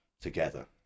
together